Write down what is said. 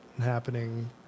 happening